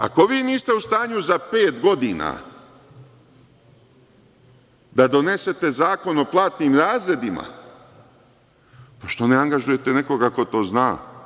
Ako vi niste u stanju za pet godina da donesete zakon o platnim razredima, što ne angažujete nekoga ko to zna.